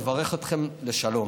אני מברך אתכן לשלום.